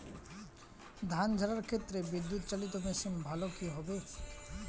ধান ঝারার ক্ষেত্রে বিদুৎচালীত মেশিন ভালো কি হবে?